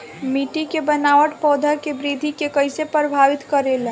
मिट्टी के बनावट पौधों की वृद्धि के कईसे प्रभावित करेला?